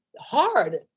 hard